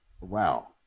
Wow